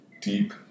deep